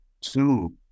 two